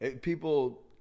People